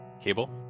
cable